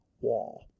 wall